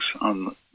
on